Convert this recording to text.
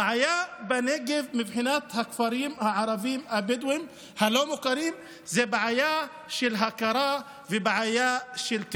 הבעיה בכפרים הבדואיים הלא-מוכרים בנגב היא של הכרה ותכנון.